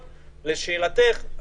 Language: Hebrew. לשאלת חברת הכנסת אלהרר,